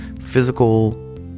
physical